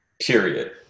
Period